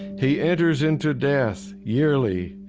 he enters into death yearly,